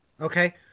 Okay